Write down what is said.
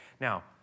Now